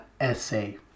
essay